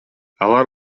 алар